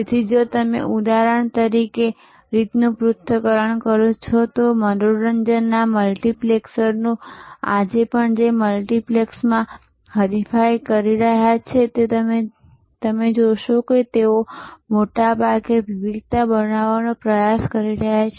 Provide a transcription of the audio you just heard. તેથી જો તમે ઉદાહરણ તરીકે રીતનું પૃથ્થકરણ કરો છો તો મનોરંજનના મલ્ટિપ્લેક્સર્સ આજે જે મલ્ટિપ્લેક્સમાં હરીફાઈ કરી રહ્યા છે તે તમે જોશો કે તેઓ મોટાભાગે વિવિધતા બનાવવાનો પ્રયાસ કરી રહ્યાં છે